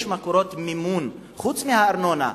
יש מקורות מימון, חוץ מהארנונה.